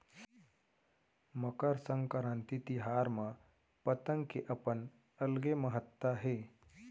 मकर संकरांति तिहार म पतंग के अपन अलगे महत्ता हे